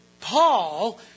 Paul